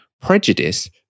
prejudice